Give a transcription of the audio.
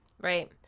right